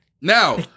Now